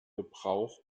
gebrauch